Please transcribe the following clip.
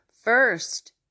first